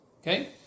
Okay